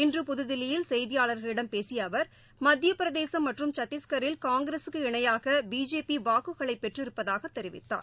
இன்று புதுதில்லியில் செய்தியாளர்களிடம் பேசியஅவர் மத்தியப்பிரதேசம் மற்றும் சத்தீஸ்கரில் காங்கிரஸுக்கு இணையாகபிஜேபிவாக்குகளைபெற்றிருப்பதாகதெரிவித்தார்